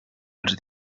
als